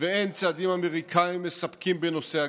ואין צעדים אמריקאיים מספקים בנושא הגרעין.